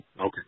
Okay